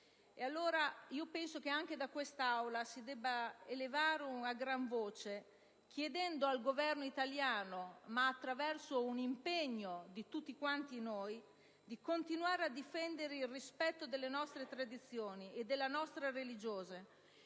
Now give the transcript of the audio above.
penso che anche quest'Aula debba chiedere a gran voce al Governo italiano, ma attraverso un impegno di tutti quanti noi, di continuare a difendere il rispetto delle nostre tradizioni e della nostra religione